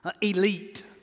elite